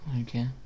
okay